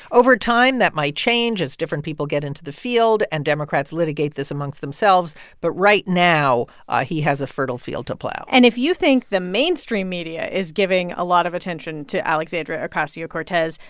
over time, that might change as different people get into the field and democrats litigate this amongst themselves. but right now ah he has a fertile field to plow and if you think the mainstream media is giving a lot of attention to alexandria ocasio-cortez,